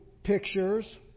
Pictures